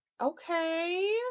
Okay